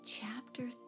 Chapter